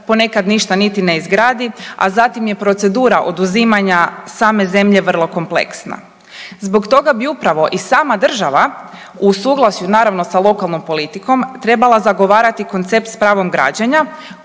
ponekad ništa niti ni izgradi, a zatim je procedura oduzimanja same zemlje vrlo kompleksna. Zbog toga bi upravo i sama država u suglasju naravno sa lokalnom politikom trebala zagovarati koncept s pravom građenja